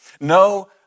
No